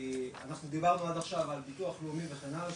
כי אנחנו דיברנו עד עכשיו על ביטוח לאומי וכן הלאה,